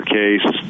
case